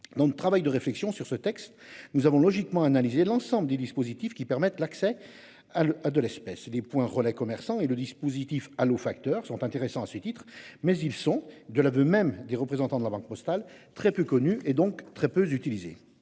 Dans le travail de réflexion sur ce texte nous avons logiquement analyser l'ensemble des dispositifs qui permettent l'accès à l'eau de l'espèce des points relais, commerçants et le dispositif allô facteurs sont intéressants à ce titre mais ils sont, de l'aveu même des représentants de la Banque Postale très peu connue et donc très peu utilisé